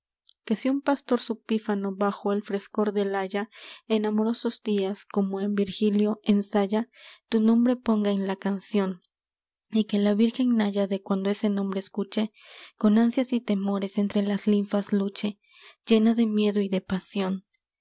que si un pastor su pífano bajo el frescor del haya en amorosos días como en virgilio ensaya tu nombre ponga en la canción y que la virgen náyade cuando ese nombre escuche con ansias y temores entre las linfas luche llena de miedo y de pasión de